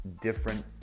different